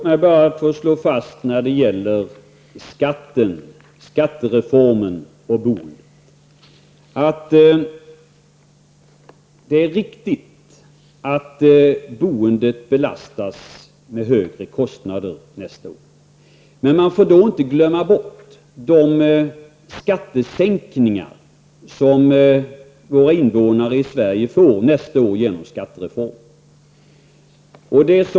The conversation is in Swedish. Fru talman! Låt mig beträffande skattereformen och boendet bara få slå fast att det är riktigt att boendet belastas med högre kostnader nästa år. Men man får inte glömma bort de skattesänkningar som medborgarna till följd av skattereformen får nästa år.